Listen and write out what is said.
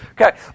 Okay